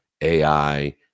AI